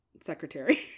secretary